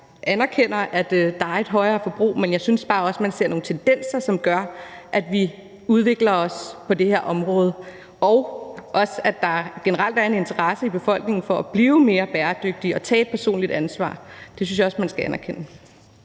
Jeg anerkender, at der er et større forbrug, men jeg synes bare også, at man ser nogle tendenser, som gør, at vi udvikler os på det her område, og også i forhold til at der generelt er en interesse i befolkningen for at blive mere bæredygtig og tage et personligt ansvar. Det synes jeg også at man skal anerkende.